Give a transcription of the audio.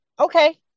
Okay